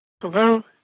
Hello